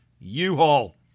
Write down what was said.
U-Haul